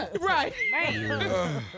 Right